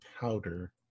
powder